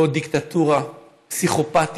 לא עוד דיקטטורה פסיכופתית,